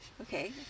Okay